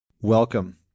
Welcome